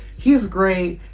he's great,